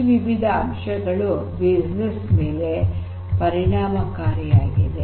ಈ ವಿವಿಧ ಅಂಶಗಳು ಬಿಸಿನೆಸ್ ನ ಮೇಲೆ ಪರಿಣಾಮಕಾರಿಯಾಗಿವೆ